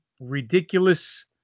Ridiculous